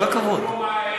כל הכבוד.